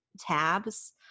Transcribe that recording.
tabs